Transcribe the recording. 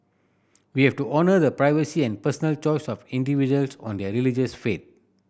we have to honour the privacy and personal choice of individuals on their religious faith